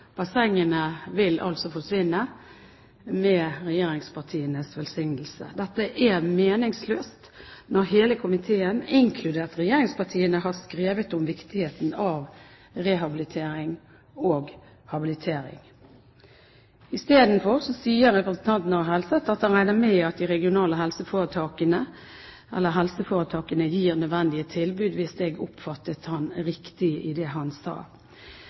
Bassengene vil altså forsvinne – med regjeringspartienes velsignelse. Dette er meningsløst når hele komiteen, inkludert regjeringspartiene, har skrevet om viktigheten av rehabilitering og habilitering. Isteden sier representanten Are Helseth at han regner med at de regionale helseforetakene eller helseforetakene gir nødvendige tilbud – hvis jeg oppfattet det han sa, riktig. I